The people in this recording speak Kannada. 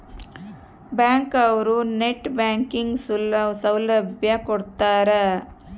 ಬ್ಯಾಂಕ್ ಅವ್ರು ನೆಟ್ ಬ್ಯಾಂಕಿಂಗ್ ಸೌಲಭ್ಯ ಕೊಡ್ತಾರ